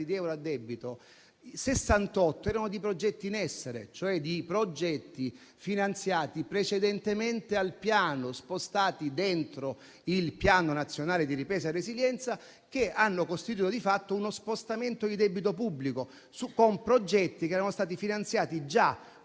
di euro a debito 68 erano riferibili a progetti in essere, cioè a progetti finanziati precedentemente al Piano e quindi spostati dentro al Piano nazionale di ripresa e resilienza, che hanno costituito di fatto uno spostamento di debito pubblico, che erano stati finanziati già